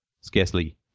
scarcely